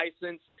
license